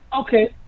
Okay